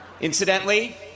Incidentally